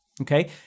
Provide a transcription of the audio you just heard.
okay